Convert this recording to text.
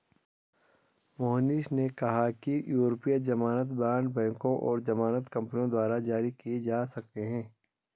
मोहनीश ने कहा कि यूरोपीय ज़मानत बॉण्ड बैंकों और ज़मानत कंपनियों द्वारा जारी किए जा सकते हैं